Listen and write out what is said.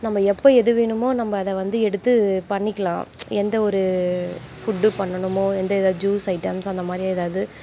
நம்ம எப்போ எது வேணுமோ நம்ம அதை வந்து எடுத்து பண்ணிக்கலாம் எந்த ஒரு ஃபுட்டு பண்ணணுமோ எந்த இத ஜூஸ் ஐட்டம்ஸ் அந்த மாதிரி ஏதாவது